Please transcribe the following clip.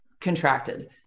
contracted